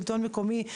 שלטון מקומי,